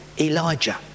Elijah